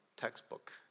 textbook